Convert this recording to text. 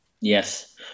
Yes